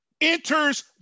enters